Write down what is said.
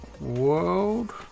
World